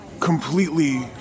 completely